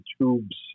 tubes